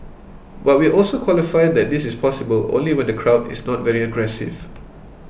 but we also qualify that this is possible only when the crowd is not very aggressive